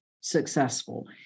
successful